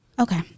Okay